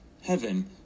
heaven